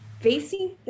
facing